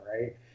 right